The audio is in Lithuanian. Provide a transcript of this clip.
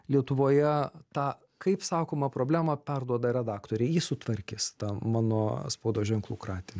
lietuvoje tą kaip sakoma problemą perduoda redaktoriui jis sutvarkys tą mano spaudos ženklų kratinį